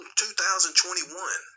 2021